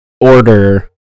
order